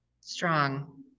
strong